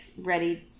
ready